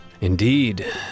Indeed